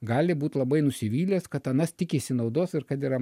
gali būt labai nusivylęs kad anas tikisi naudos ir kad yra